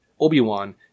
Obi-Wan